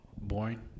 boring